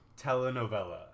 telenovela